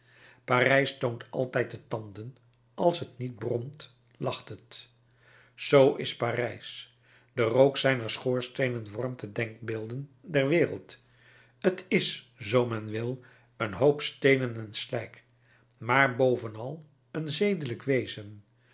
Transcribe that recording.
parijs toont altijd de tanden als het niet bromt lacht het zoo is parijs de rook zijner schoorsteenen vormt de denkbeelden der wereld t is zoo men wil een hoop steenen en slijk maar bovenal een zedelijk wezen